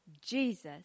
Jesus